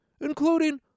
including